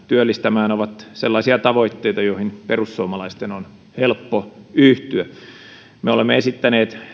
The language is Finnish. työllistämään ovat sellaisia tavoitteita joihin perussuomalaisten on helppo yhtyä me olemme esittäneet